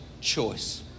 Choice